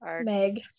Meg